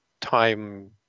time